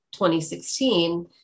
2016